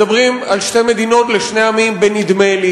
מדברים על שתי מדינות לשני עמים בנדמה-לי,